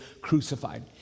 crucified